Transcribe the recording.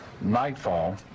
nightfall